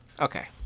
Okay